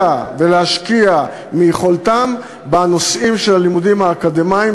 ולהשקיע מיכולתם בנושאים של הלימודים האקדמיים,